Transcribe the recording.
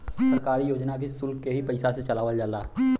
सरकारी योजना भी सुल्क के ही पइसा से चलावल जाला